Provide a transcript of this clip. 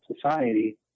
society